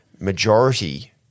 majority